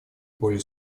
более